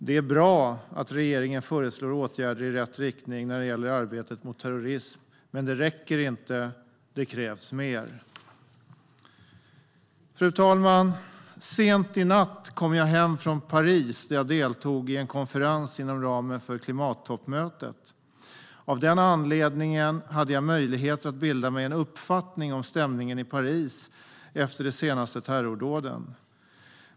Det är bra att regeringen föreslår åtgärder i rätt riktning när det gäller arbetet mot terrorism, men det räcker inte. Det krävs mer. Fru talman! Sent i natt kom jag hem från Paris, där jag deltog i en konferens inom ramen för klimattoppmötet. Av den anledningen hade jag möjlighet att bilda mig en uppfattning om stämningen i Paris efter de senaste terrordåden.